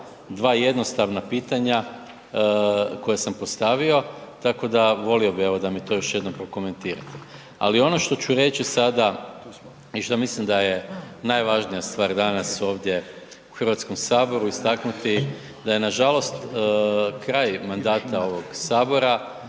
dva jednostavna pitanja koja sam postavio, tako da volio bi evo da mi to još jednom prokomentirate. Ali ono što ću reći sada i što mislim da je najvažnija stvar danas ovdje u Hrvatskom saboru istaknuti da je nažalost kraj mandata ovog sabora